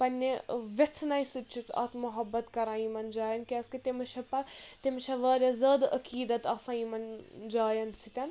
پنٕنہِ وِیژھنایہِ سۭتۍ چھُے اکھ مُحبت کَران یِمَن جایَن کیٛازِکہِ تٔمِس چھےٚ پَتہٕ تٔمِس چھےٚ واریاہ زیادٕ عقیٖدَت آسان یِمَن جایَن سۭتـ